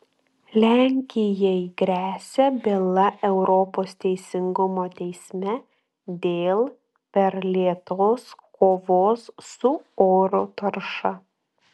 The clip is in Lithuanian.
lenkijai gresia byla europos teisingumo teisme dėl per lėtos kovos su oro tarša